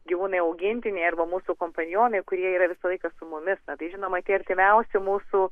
gyvūnai augintiniai arba mūsų kompanionai kurie yra visą laiką su mumis tai žinoma tie artimiausi mūsų